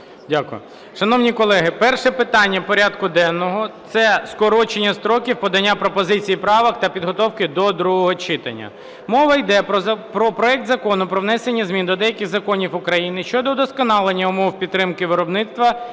Дякую. Шановні колеги, перше питання порядку денного – це скорочення строків подання пропозицій і правок та підготовки до другого читання. Мова іде про проект Закону про внесення змін до деяких законів України щодо удосконалення умов підтримки виробництва